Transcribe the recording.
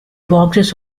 boxes